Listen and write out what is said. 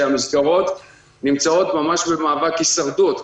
המסגרות נמצאות ממש במאבק הישרדות.